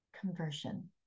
conversion